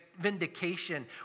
vindication